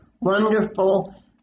wonderful